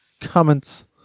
comments